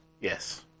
Yes